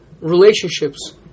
relationships